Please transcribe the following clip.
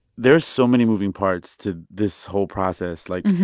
there's so many moving parts to this whole process. like,